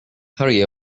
hurry